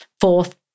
Fourth